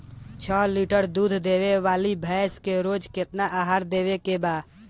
छह लीटर दूध देवे वाली भैंस के रोज केतना आहार देवे के बा?